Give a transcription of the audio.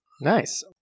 Nice